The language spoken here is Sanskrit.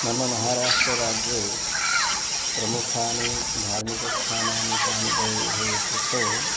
मम महाराष्ट्रराज्ये प्रमुखानि धार्मिकस्थानानि कानि भवेयुः इत्युक्तौ